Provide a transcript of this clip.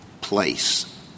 place